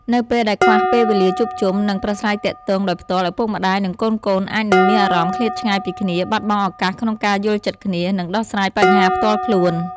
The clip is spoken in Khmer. នៅពេលដែលខ្វះពេលវេលាជួបជុំ និងប្រាស្រ័យទាក់ទងដោយផ្ទាល់ ឪពុកម្ដាយ និងកូនៗអាចនឹងមានអារម្មណ៍ឃ្លាតឆ្ងាយពីគ្នា បាត់បង់ឱកាសក្នុងការយល់ចិត្តគ្នា និងដោះស្រាយបញ្ហាផ្ទាល់ខ្លួន។